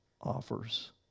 offers